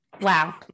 wow